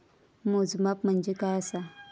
मोजमाप म्हणजे काय असा?